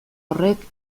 horrek